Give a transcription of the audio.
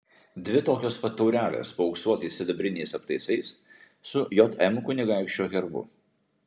dvi tokios pat taurelės paauksuotais sidabriniais aptaisais su jm kunigaikščio herbu